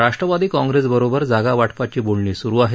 राष्ट्रवादी काँग्रेसबरोबर जागा वाटपाची बोलणी सुरू आहेत